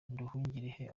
nduhungirehe